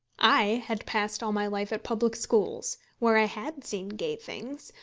i had passed all my life at public schools, where i had seen gay things,